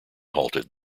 halted